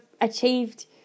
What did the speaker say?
achieved